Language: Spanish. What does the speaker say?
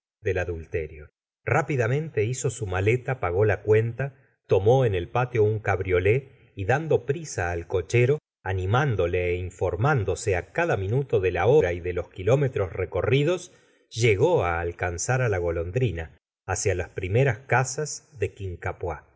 del adulterio rápidamente hizo su maleta pagó la cuenta tomó en el patio un cabriolé y dando prisa al cochero animándole é informándose á cada minuto de la hora y de los kilómetrosrecorridos llegó á alcanzar á la golondrina hacia l s primeras casas de